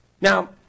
Now